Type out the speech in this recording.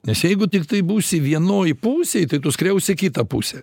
nes jeigu tiktai būsi vienoj pusėj tai tu skriausi kitą pusę